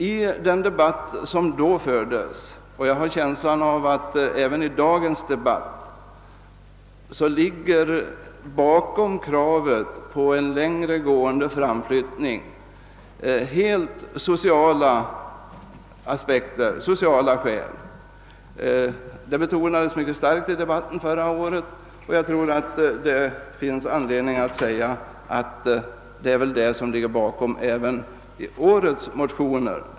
I den debatt som då fördes — och jag har en känsla av att detta även gäller dagens — låg bakom kravet på en längre gående framflyttning helt sociala skäl, - vilket betonades mycket starkt. Det är väl också dessa motiv som ligger bakom årets motion.